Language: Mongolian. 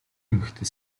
эмэгтэй